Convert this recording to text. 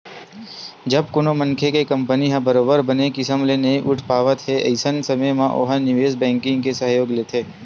जब कोनो मनखे के कंपनी ह बरोबर बने किसम ले नइ उठ पावत हे अइसन समे म ओहा निवेस बेंकिग के सहयोग लेथे